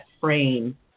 frame